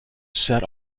set